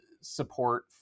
support